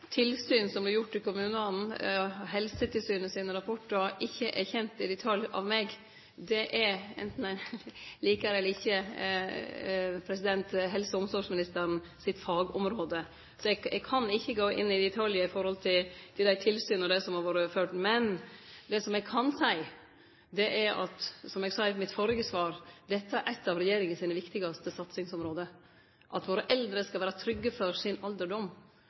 tilsyn som vert gjorde i kommunane og Helsetilsynet sin rapport, ikkje er kjende i detalj av meg. Det er, anten ein likar det eller ikkje, helse- og omsorgsministeren sitt fagområde. Så eg kan ikkje gå inn i detaljar når det gjeld dei tilsyna som har vore. Men det som eg kan seie, og som eg sa i mitt førre svar: Det er eit av regjeringa sine viktigaste satsingsområde: at våre eldre skal vere tryggje for sin alderdom,